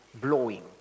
blowing